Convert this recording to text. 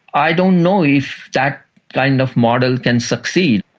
i don't know if that kind of model can succeed.